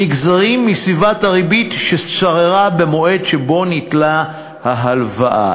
נגזרות מסביבת הריבית ששררה במועד שבו ניטלה ההלוואה.